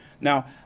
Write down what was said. Now